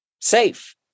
safe